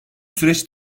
süreç